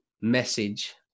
message